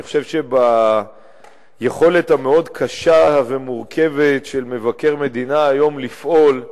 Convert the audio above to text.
אני חושב שביכולת המאוד קשה ומורכבת של מבקר מדינה היום לפעול,